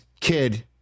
kid